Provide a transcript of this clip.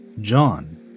John